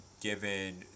given